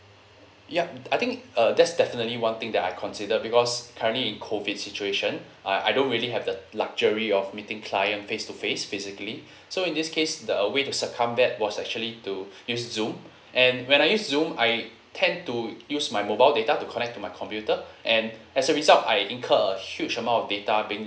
yup I think uh that's definitely one thing that I consider because currently in COVID situation I I don't really have the luxury of meeting client face to face physically so in this case the a way to succumb that was actually to use zoom and when I use zoom I tend to use my mobile data to connect to my computer and as a result I incur a huge amount of data being